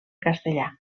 castellà